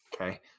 Okay